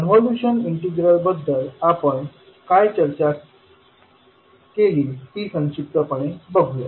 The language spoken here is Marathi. कॉन्व्होल्यूशन इंटिग्रल बद्दल आपण काय चर्चा केली ती संक्षिप्तपणे बघूया